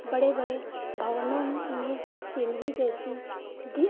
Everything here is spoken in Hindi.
बड़े बड़े भवनों में सीनरी जैसी दी